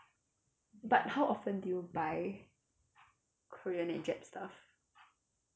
but how often do you buy korean and jap stuff